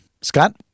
Scott